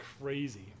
crazy